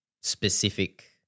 specific